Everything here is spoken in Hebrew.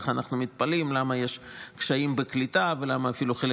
אחר כך אנחנו מתפלאים למה יש קשיים בקליטה ואפילו למה חלק